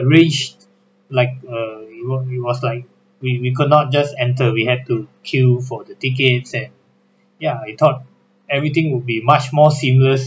arrange like err we were we was like we we cannot just enter we have to queue for the tickets and ya we thought everything will be much more seamless